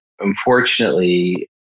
Unfortunately